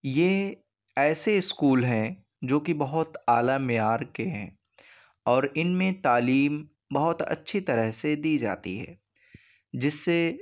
یہ ایسے اسکول ہیں جو کہ بہت اعلیٰ معیار کے ہیں اور ان میں تعلیم بہت اچّھی طرح سے دی جاتی ہے جس سے